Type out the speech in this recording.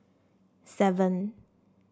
seven